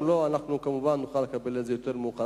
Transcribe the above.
אם לא, אנחנו כמובן נוכל לקבל את זה יותר מאוחר.